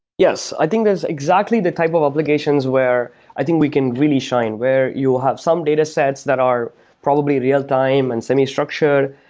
yes. i think that's exactly the type of applications where i think we can really shine, where you have some datasets that are probably real-time and semi-structured,